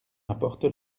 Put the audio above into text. apporte